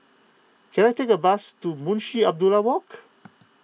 can I take a bus to Munshi Abdullah Walk